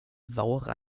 vara